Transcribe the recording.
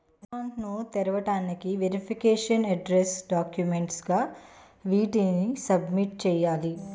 Account ను తెరవటానికి verification address documents గా వేటిని సబ్మిట్ చేయాలి?